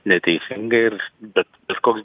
neteisinga ir bet kažkoks